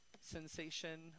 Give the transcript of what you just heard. sensation